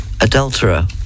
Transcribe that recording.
adulterer